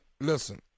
listen